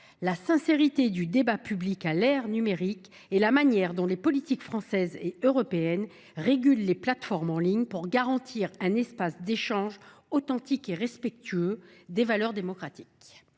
la sincérité du débat public à l’ère numérique et la manière dont les politiques françaises et européennes régulent les plateformes en ligne pour garantir un espace d’échange authentique et respectueux des valeurs démocratiques.